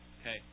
Okay